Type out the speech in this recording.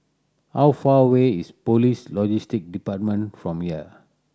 how far away is Police Logistics Department from here